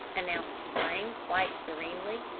announced flame quite serenely.